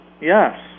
Yes